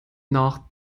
nach